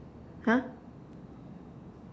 ha